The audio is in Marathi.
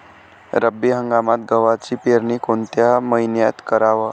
रब्बी हंगामात गव्हाची पेरनी कोनत्या मईन्यात कराव?